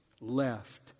left